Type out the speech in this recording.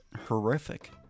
horrific